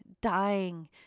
dying